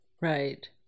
Right